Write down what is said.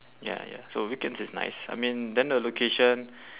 ya ya so weekends is nice I mean then the location